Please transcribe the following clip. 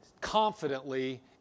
confidently